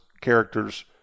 characters